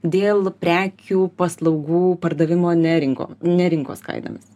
dėl prekių paslaugų pardavimo ne rinko ne rinkos kainomis